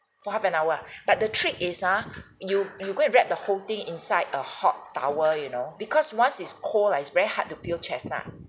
for half an hour ah but the trick is ah you you go and wrap the whole thing inside a hot towel you know because once it's cold ah it's very hard to peel chestnut